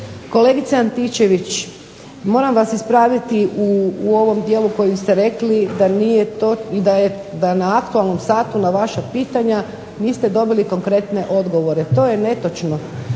Kolegice Antičević, moram vas ispraviti u ovom dijelu koji ste rekli da na aktualnom satu na vaša pitanja niste dobili konkretne odgovore. To je netočno.